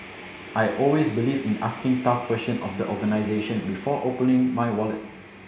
I always believe in asking tough question of the organisation before opening my wallet